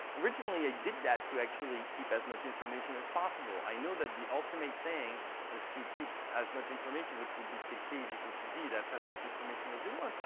originally, i did that to actually keep as much information as possible. i know that the ultimate thing is to keep as much information, which would be to k is equal d that's as much information as you want.